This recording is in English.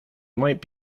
might